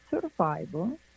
survival